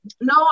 no